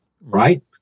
right